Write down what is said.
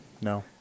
No